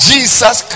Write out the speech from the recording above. Jesus